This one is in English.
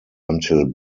until